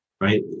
right